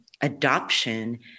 adoption